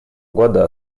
года